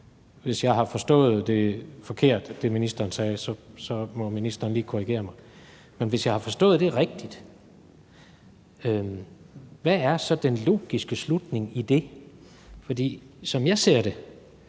Hvis jeg har forstået det, ministeren sagde, forkert, må ministeren lige korrigere mig, men hvis jeg har forstået det rigtigt, hvad er så den logiske slutning i det? Som jeg ser det,